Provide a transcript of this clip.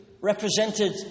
represented